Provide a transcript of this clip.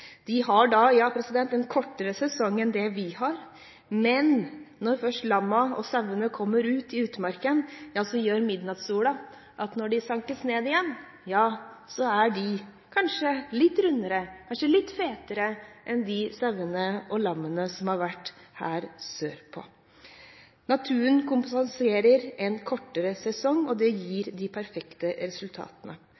De har en kortere sesong enn vi har, men når først lammene og sauene kommer ut i utmarken, gjør midnattssolen at når de sankes, er de kanskje litt rundere og litt fetere enn sauene og lammene som har vært her sørpå. Naturen kompenserer en kortere sesong, og det gir